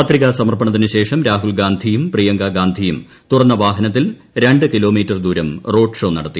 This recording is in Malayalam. പത്രിക സമർപ്പണത്തിനുശേഷം രാഹുൽഗാന്ധിയും പ്രിയങ്ക ഗാന്ധിയും തുറന്ന വാഹനത്തിൽ രണ്ടു കിലോമീറ്റർ ദൂരം റോഡ് ഷോ നടത്തി